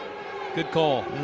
good call.